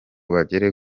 bagere